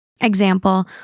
Example